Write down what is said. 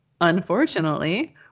unfortunately